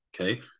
Okay